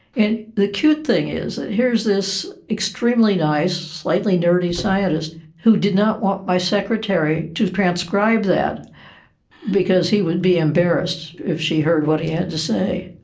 and the cute thing is that here is this extremely nice, slightly nerdy scientist who did not want my secretary to transcribe that because he would be embarrassed if she heard what he had to say.